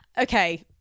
okay